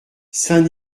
saint